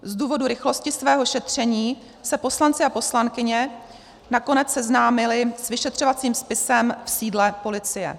Z důvodu rychlosti svého šetření se poslanci a poslankyně nakonec seznámili s vyšetřovacím spisem v sídle policie.